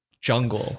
jungle